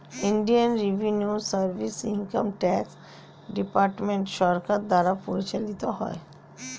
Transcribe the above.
Indian revenue service income tax department সরকার দ্বারা পরিচালিত হয়